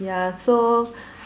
ya so